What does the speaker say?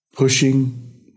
Pushing